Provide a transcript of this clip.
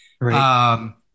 right